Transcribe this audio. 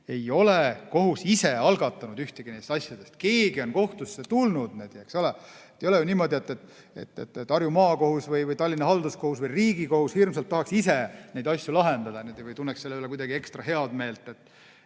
ei ole kohus ise algatanud ühtegi nendest asjadest. Keegi on kohtusse tulnud nendega, eks ole. Ei ole ju niimoodi, et Harju Maakohus või Tallinna Halduskohus või Riigikohus hirmsalt tahaks ise neid asju lahendada või tunneksid selle üle kuidagi ekstra head meelt, et